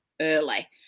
early